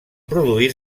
produir